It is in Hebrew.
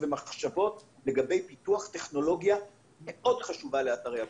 ומחשבות לגבי פיתוח טכנולוגיה מאוד חשובה לאתרי הבנייה.